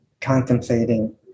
Contemplating